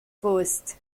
first